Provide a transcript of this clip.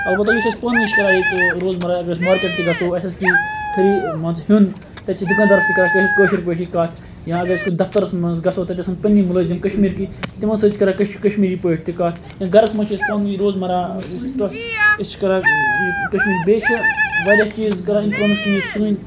اَلبَتہٕ یُس أسۍ پانہٕ وٲنۍ چھِ کَران ییٚتہِ روزمَرٕ اگر أسۍ مارکیٚٹ تہِ گَژھو اَسہِ آسہِ کیٚنٛہہ خٔریٖد مان ژٕ ہیٚون تیٚلہِ چھِ دُکانٛدارَس تہِ کَران کٲشِرۍ پٲٹھی کتھ یاں اگر أسۍ کُنہِ دَفتَرَس مَنٛز گَژھو تَتہِ آسَن پَنٕنی مُلٲزِم کَشمیٖرکی تِمَن سۭتۍ چھِ کَران کَشمیٖری پٲٹھۍ تہِ کتھ یا گَرَس مَنٛز چھ أسۍ پانہٕ وٲنی روزمَرٕ یُس تتھ أسۍ چھِ کَران یہِ کَشمیٖری بیٚیہِ چھ واریاہ چیٖز کَران اِنفُلنس کہِ یُس سٲنۍ